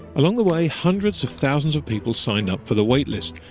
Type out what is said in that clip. along the way, hundreds of thousands of people signed up for the wait list,